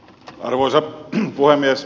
arvoisa puhemies